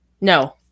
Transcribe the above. No